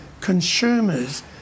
consumers